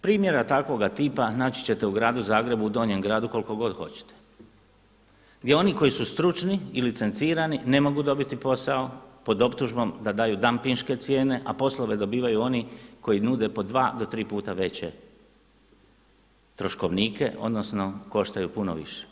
Primjera takvoga tipa naći ćete u gradu Zagrebu u Donjem gradu koliko god hoćete, gdje oni koji su stručni i licencirani ne mogu dobiti posao pod optužbom da daju dampinške cijene, a poslove dobivaju oni koji nude po dva do tri puta veće troškovnike, odnosno koštaju puno više.